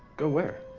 go where?